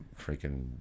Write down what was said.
freaking